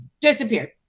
disappeared